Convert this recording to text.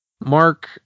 Mark